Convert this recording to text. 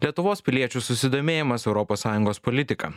lietuvos piliečių susidomėjimas europos sąjungos politika